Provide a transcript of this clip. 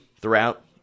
throughout